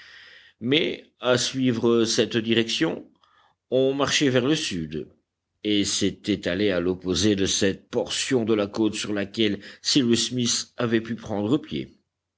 mais à suivre cette direction on marchait vers le sud et c'était aller à l'opposé de cette portion de la côte sur laquelle cyrus smith avait pu prendre pied